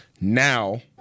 Now